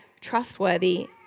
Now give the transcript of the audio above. trustworthy